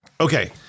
Okay